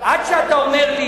עד שאתה אומר לי,